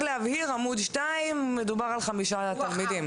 בעמוד 2 מדובר על חמישה תלמידים.